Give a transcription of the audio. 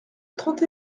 trente